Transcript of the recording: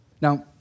Now